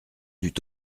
dut